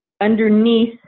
underneath